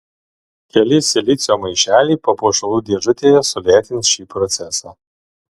keli silicio maišeliai papuošalų dėžutėje sulėtins šį procesą